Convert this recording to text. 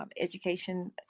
education